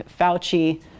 Fauci